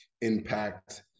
impact